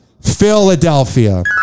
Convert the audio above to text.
Philadelphia